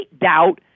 doubt